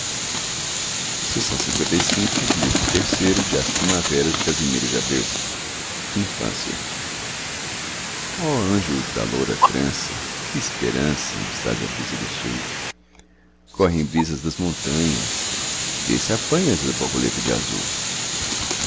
e nesse ramo que o sepulcro implora paga-me as rosas desta infância ó anjo da loura trança que esperança nos traz a brisa do sul correm brisas das montanhas vê se apanhas a borboleta de azul